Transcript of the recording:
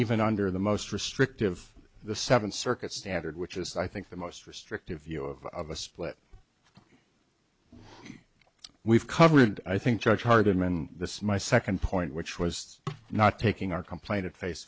even under the most restrictive the seventh circuit standard which is i think the most restrictive view of a split we've covered i think judge hardiman this my second point which was not taking our complaint at face